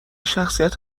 شخصیت